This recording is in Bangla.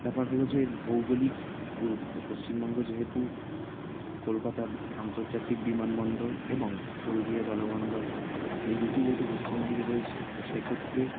ব্যাপার হলো যে ভৌগলিক গুরুত্ব পশ্চিমবঙ্গ যেহেতু কলকাতা আন্তর্জাতিক বিমানবন্দর এবং হলদিয়া জলবন্দর এই দুটি যেহেতু পশ্চিমবঙ্গে রয়েছে তো সেক্ষেত্রে